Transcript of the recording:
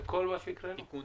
לתיקון